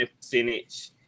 percentage